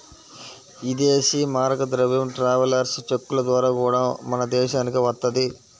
ఇదేశీ మారక ద్రవ్యం ట్రావెలర్స్ చెక్కుల ద్వారా గూడా మన దేశానికి వత్తది